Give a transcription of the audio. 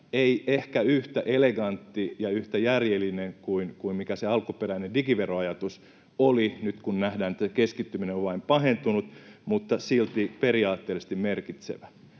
ei ehkä yhtä elegantti ja yhtä järjellinen kuin mikä se alkuperäinen digiveroajatus oli — nyt kun nähdään, että keskittyminen on vain pahentunut — mutta silti periaatteellisesti merkitsevä.